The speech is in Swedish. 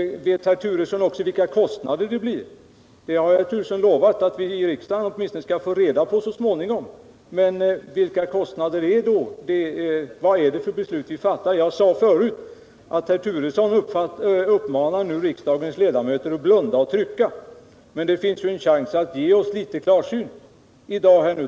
Vet herr Turesson också vilka kostnader det blir? Herr Turesson har ju lovat att vi i riksdagen skall få reda på kostnaderna åtminstone så småningom. Men hur påverkar de det beslut vi fattar i dag? Jag sade förut att herr Turesson nu uppmanar riksdagens ledamöter att blunda och trycka. Men det finns ju en chans att ge oss litet klarsyn i dag.